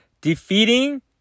defeating